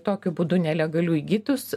tokiu būdu nelegaliu įgytus